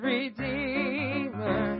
Redeemer